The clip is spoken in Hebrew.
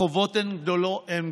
החובות הם גדולים